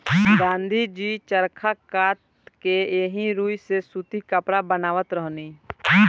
गाँधी जी चरखा कात के एही रुई से सूती कपड़ा बनावत रहनी